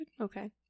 Okay